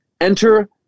Enter